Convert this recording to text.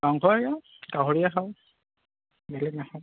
গাহৰিহে খাওঁ বেলেগ নাখাওঁ